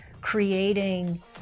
creating